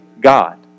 God